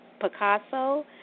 Picasso